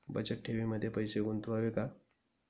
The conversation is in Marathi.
बचत ठेवीमध्ये पैसे गुंतवावे का?